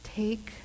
take